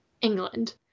England